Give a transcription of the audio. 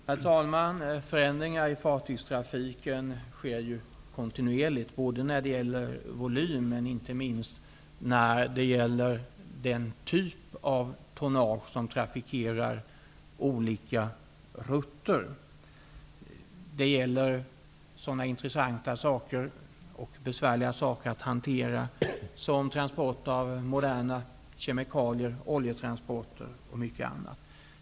Herr talman! Förändringar i fartygstrafiken sker ju kontinuerligt, både när det gäller volym och, inte minst, när det gäller den typ av tonnage som trafikerar olika rutter. Det gäller så besvärliga transporter att hantera som moderna kemikalier, olja, m.m.